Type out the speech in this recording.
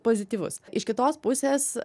pozityvus iš kitos pusės